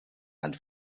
and